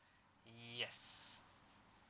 yes